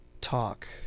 talk